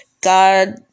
God